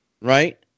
Right